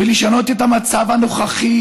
ולשנות את המצב הנוכחי,